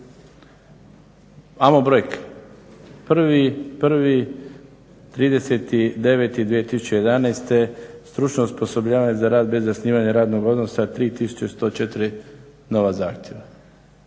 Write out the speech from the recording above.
Ajmo brojke, 01.01., 30.09.2011. stručno osposobljavanje za rad bez zasnivanja radnog odnosa 3104 nova zahtjeva.